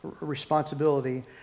Responsibility